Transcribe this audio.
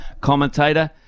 commentator